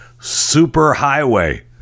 superhighway